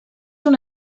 una